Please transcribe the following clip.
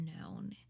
known